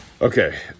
Okay